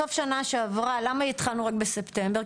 בסוף שנה שעברה למה התחלנו רק בספטמבר?